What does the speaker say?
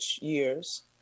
years